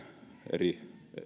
eri